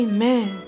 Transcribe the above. Amen